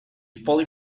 fully